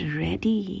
ready